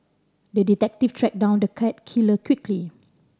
the detective tracked down the cat killer quickly